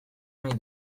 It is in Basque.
nahi